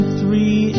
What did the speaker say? three